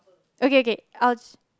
okay K !ouch!